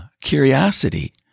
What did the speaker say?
curiosity